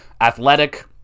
Athletic